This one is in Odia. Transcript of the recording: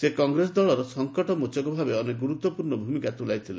ସେ କଂଗ୍ରେସ ଦଳର ସଂକଟ ମୋଚକ ଭାବେ ଅନେକ ଗୁରୁତ୍ୱପୂର୍ଣ୍ଣ ଭୂମିକା ତୁଲାଇଥିଲେ